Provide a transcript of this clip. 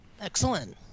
Excellent